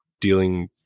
dealing